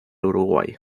uruguay